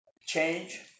change